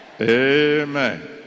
Amen